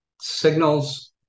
Signals